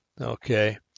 Okay